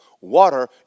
Water